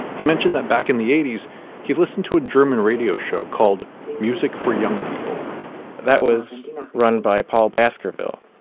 he mentioned that back in the eighty s he listened to a german radio show called music for young people that was run by paul baskerville.